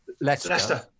Leicester